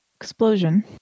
explosion